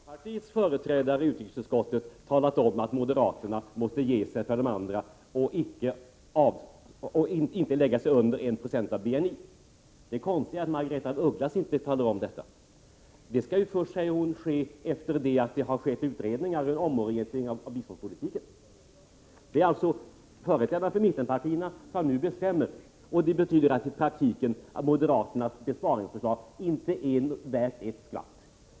Fru talman! Nu har även folkpartiets företrädare i utrikesutskottet talat om att moderaterna måste ge sig för de andra och inte lägga sig under 1 96 av BNI. Det konstiga är att Margaretha af Ugglas inte talar om detta. Enprocents målet skall, säger hon, återställas först sedan det har gjorts utredningar och en omorientering av biståndspolitiken. Det är alltså företrädare för mittenpartierna som nu bestämmer, och det betyder i praktiken att moderaternas besparingsförslag inte är värda ett skvatt.